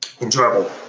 enjoyable